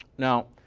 now